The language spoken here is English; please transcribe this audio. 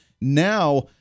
Now